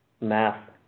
Math